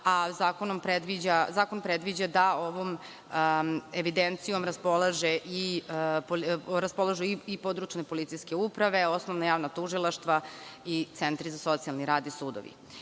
a zakon predviđa da ovom evidencijom raspolažu i područne policijske uprave, osnovna javna tužilaštva i centri za socijalni rad i sudovi. Verujem